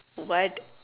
what